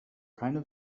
keine